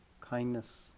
kindness